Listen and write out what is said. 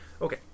Okay